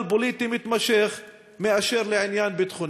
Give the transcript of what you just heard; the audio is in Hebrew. פוליטי מתמשך מאשר לעניין ביטחוני.